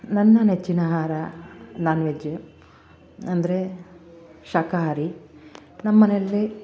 ನನ್ನ ನೆಚ್ಚಿನ ಆಹಾರ ನಾನ್ವೆಜ ಅಂದರೆ ಶಾಖಾಹಾರಿ ನಮ್ಮನೆಯಲ್ಲಿ